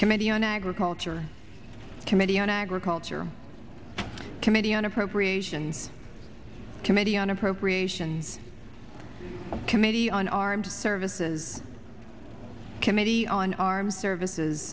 committee on agriculture committee on agriculture committee on appropriations committee on appropriations committee on armed services committee on armed services